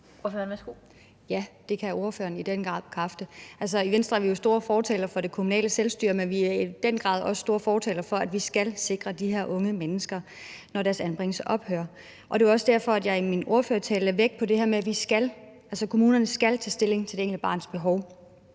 Ja, det kan ordføreren i den grad bekræfte. I Venstre er vi jo store fortalere for det kommunale selvstyre, men vi er i den grad også store fortalere for, at vi skal sikre de her unge mennesker, når deres anbringelse ophører. Det var også derfor, at jeg i min ordførertale lagde vægt på det her med, at kommunerne skal tage stilling til det enkelte barns behov.